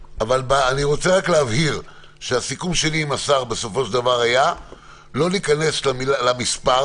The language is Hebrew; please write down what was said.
רוצה להבהיר שהסיכום שלי עם השר בסופו של דבר היה לא להיכנס למספר.